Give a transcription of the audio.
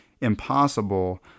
impossible